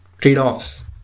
trade-offs